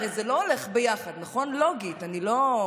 הרי זה לא הולך יחד לוגית, נכון?